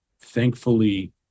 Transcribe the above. thankfully